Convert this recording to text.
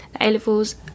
A-levels